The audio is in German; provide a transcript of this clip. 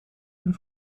sinn